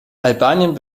albanien